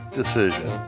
decision